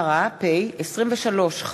הודעה מוקדמת לפיטורים ולהתפטרות